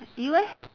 you eh